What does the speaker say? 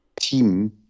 team